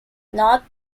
north